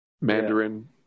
Mandarin